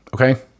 Okay